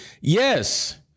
yes